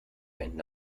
ein